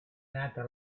nata